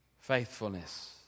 Faithfulness